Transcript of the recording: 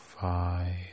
Five